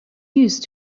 used